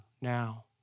now